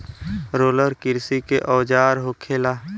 roller किरसी के औजार होखेला